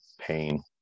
pain